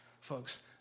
Folks